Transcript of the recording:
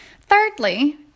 Thirdly